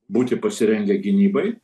būti pasirengę gynybai